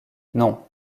non